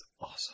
awesome